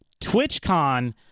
TwitchCon